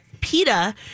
PETA